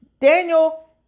Daniel